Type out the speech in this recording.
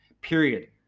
period